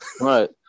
right